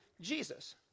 Jesus